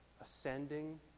ascending